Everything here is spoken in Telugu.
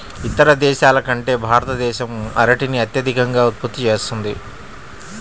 ఇతర దేశాల కంటే భారతదేశం అరటిని అత్యధికంగా ఉత్పత్తి చేస్తుంది